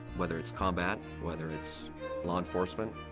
whether it's combat, whether its law enforcement.